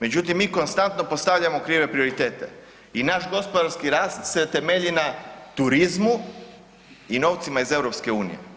Međutim mi konstantno postavljamo krive prioritete i naš gospodarski rast se temelji na turizmu i novcima iz EU.